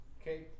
okay